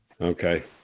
Okay